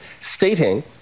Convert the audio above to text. stating